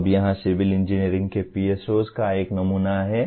अब यहां civil engineering के PSOs का एक नमूना है